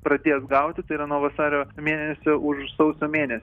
pradės gauti tai yra nuo vasario mėnesio už sausio mėne